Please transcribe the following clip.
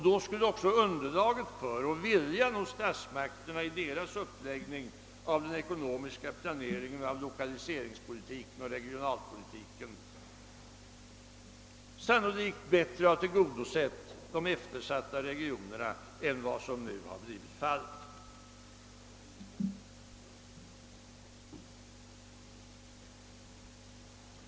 Då skulle också underlaget för och viljan hos statsmakterna i deras uppläggning av den ekonomiska planeringen, lokaliseringsoch regionalpolitiken sannolikt bättre ha tillgodosett de eftersatta regionerna än vad som nu har blivit fallet.